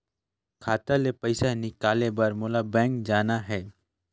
खाता ले पइसा निकाले बर मोला बैंक जाना हे?